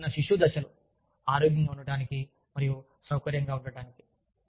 చాలా చిన్న శిశువు దశలు ఆరోగ్యంగా ఉండటానికి మరియు సౌకర్యంగా ఉండటానికి